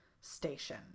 station